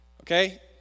Okay